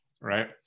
right